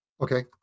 Okay